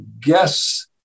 guess